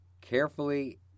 carefully